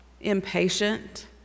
impatient